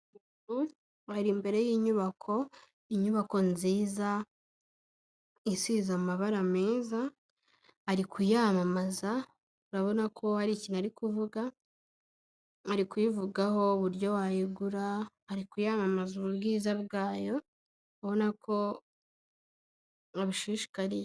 Abantu bari imbere y'inyubako, inyubako nziza isize amabara meza, ari kuyamamaza urabona ko hari ikintu ari kuvuga, ari kuyivugaho uburyo wayigura ari kuyamamaza ubwiza bwayo, ubona ko abishishikariye.